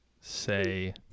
say